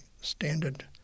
standard